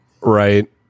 Right